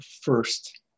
first